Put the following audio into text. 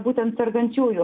būtent sergančiųjų